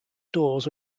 stores